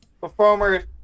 Performers